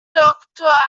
doktor